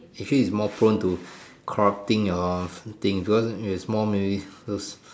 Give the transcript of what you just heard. actually it's more prone to corrupting your things because it's more miscel